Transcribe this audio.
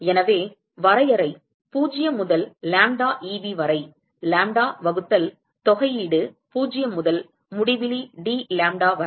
எனவே வரையறை 0 முதல் லாம்ப்டா Eb வரை லாம்ப்டா வகுத்தல் தொகையீடு 0 முதல் முடிவிலி dlambda வரை